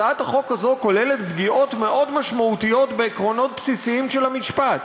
הצעת החוק הזאת כוללת פגיעות מאוד משמעותיות בעקרונות בסיסיים של המשפט.